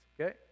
okay